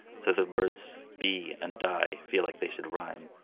so the words be and die feel like they should rhyme.